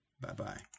Bye-bye